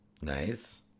Nice